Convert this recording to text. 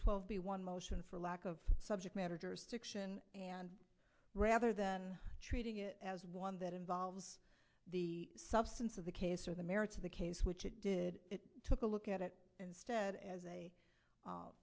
twelve b one motion for lack of subject matter jurisdiction and rather than treating it as one that involves the substance of the case or the merits of the case which it did it took a look at it instead as a